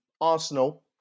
Arsenal